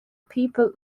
people